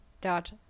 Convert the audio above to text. dot